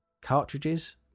cartridges